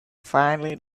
finally